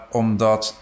omdat